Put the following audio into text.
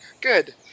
Good